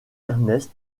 ernest